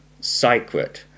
sacred